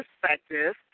perspective